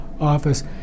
office